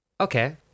Okay